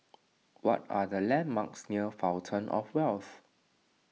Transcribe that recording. what are the landmarks near Fountain of Wealth